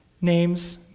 names